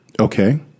Okay